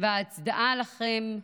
וההצדעה לכם,